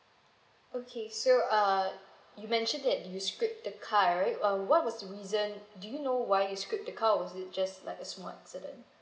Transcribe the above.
okay so uh you mentioned that you strip the car right uh what was reason do you know why he strip the car was it just like a small accident